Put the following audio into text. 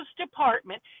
department